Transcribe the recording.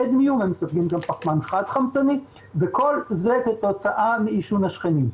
פחמן חד חמצני וכל זה כתוצאה מעישון השכנים.